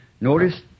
notice